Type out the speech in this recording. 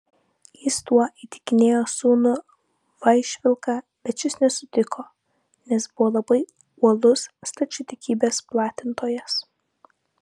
jis tuo įtikinėjo sūnų vaišvilką bet šis nesutiko nes buvo labai uolus stačiatikybės platintojas